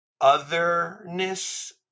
otherness